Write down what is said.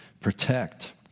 protect